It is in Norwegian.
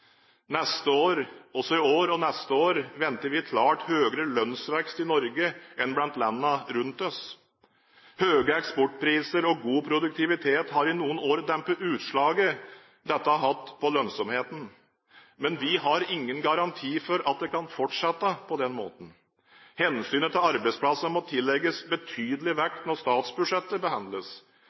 Også i år og neste år venter vi klart høyere lønnsvekst i Norge enn blant landene rundt oss. Høye eksportpriser og god produktivitet har i noen år dempet utslaget som dette har hatt på lønnsomheten, men vi har ingen garanti for at det vil fortsette slik. Hensynet til arbeidsplassene må tillegges betydelig vekt når statsbudsjettet behandles.